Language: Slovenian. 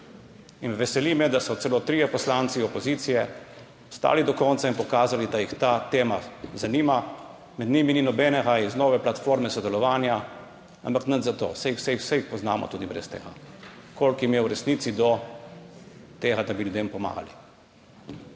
Veseli me, da so celo trije poslanci opozicije ostali do konca in pokazali, da jih ta tema zanima. Med njimi ni nobenega iz nove Platforme sodelovanja, ampak nič za to, saj jih poznamo tudi brez tega, koliko jim je v resnici do tega, da bi pomagali